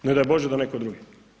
Ne daj bože da netko drugi.